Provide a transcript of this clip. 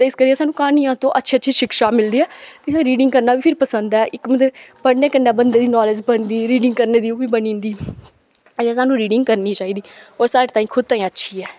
इस करियै सानू क्हानिया तू अच्छी अच्छी शिक्षा मिलदी ऐ ते फिर रीडिंग करना बी मिकी पसंद ऐ इक मतलब पढ़ने कन्नै बंदे दी नालेज बनदी रीडिंग करने दी ओह् बी बनी जंदी ते सानू रीडिंग करनी चाहिदी होर साढ़े ताईं खुद ताईं अच्छी ऐ